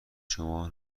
شما